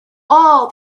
all